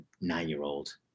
nine-year-old